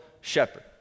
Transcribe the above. shepherd